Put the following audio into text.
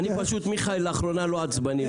פשוט מיכאל לאחרונה לא עצבני,